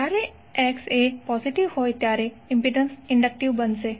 જ્યારે X positive હોય ત્યારે ઇમ્પિડન્સ ઇન્ડક્ટિવ છે